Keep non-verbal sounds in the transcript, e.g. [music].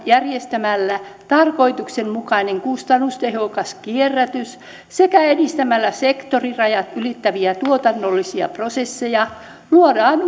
järjestämällä tarkoituksenmukainen kustannustehokas kierrätys sekä edistämällä sektorirajat ylittäviä tuotannollisia prosesseja luodaan [unintelligible]